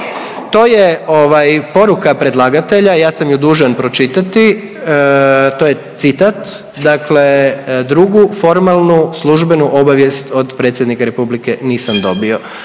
ovaj, poruka predlagatelja, ja sam ju dužan pročitati, to je citat dakle drugu formalnu službenu obavijest od predsjednika Republike nisam dobio,